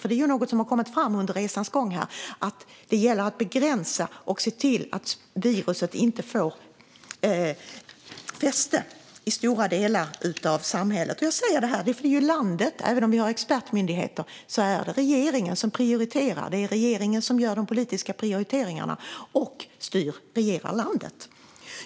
Det är nämligen något som har kommit fram under resans gång: Det gäller att begränsa och se till att viruset inte får fäste i stora delar av samhället. Jag säger detta, för även om vi har expertmyndigheter är det regeringen som prioriterar. Det är regeringen som gör de politiska prioriteringarna och styr - regerar - landet.